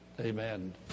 Amen